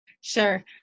Sure